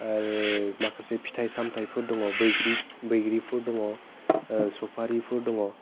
आरो माखासे फिथाइ सामथाइफोर दङ बैग्रि बैग्रिफोर दङ सफारिफोर दङ